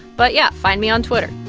but, yeah, find me on twitter